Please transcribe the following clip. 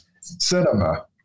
cinema